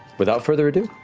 without further ado,